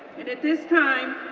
and at this time,